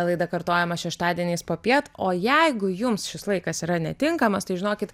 laida kartojama šeštadieniais popiet o jeigu jums šis laikas yra netinkamas tai žinokit